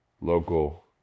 local